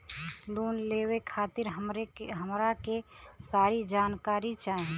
Loan लेवे खातीर हमरा के सारी जानकारी चाही?